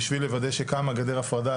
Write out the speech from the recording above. בשביל לוודא שקמה גדר הפרדה,